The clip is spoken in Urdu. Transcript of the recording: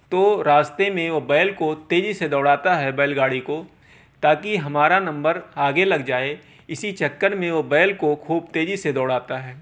تو راستے میں وہ بیل کو تیزی سے دوڑاتا ہے بیل گاڑی کو تاکہ ہمارا نمبر آگے لگ جائے اسی چکر میں وہ بیل کو خوب تیزی سے دوڑاتا ہے